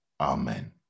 amen